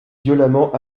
violemment